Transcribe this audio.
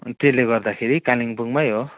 अनि त्यसले गर्दाखेरि कालिम्पोङमै हो